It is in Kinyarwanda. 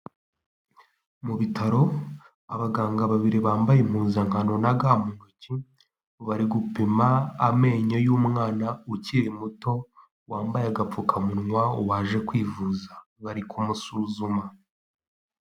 Mu bitaro, abaganga babiri bambaye impunzankano na ga mu ntoki bari gupima amenyo y'umwana ukiri muto, wambaye agapfukamunwa, waje kwivuza, bari kumusuzuma.